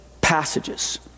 passages